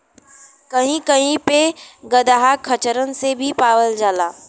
कही कही पे गदहा खच्चरन से भी पावल जाला